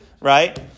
right